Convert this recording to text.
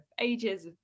ages